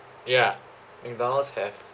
ya have